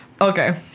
Okay